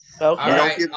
Okay